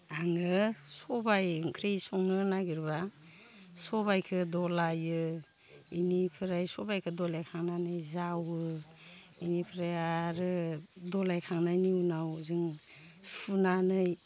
आङो सबाय ओंख्रि संनो नागिरब्ला सबायखो दलायो इनिफ्राय सबायखो दलायखांनानै जावो इनिफ्राय आरो दलायखांनायनि उनाव जों सुनानै